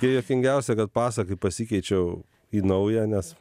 ir juokingiausia kad pasą kai pasikeičiau į naują nes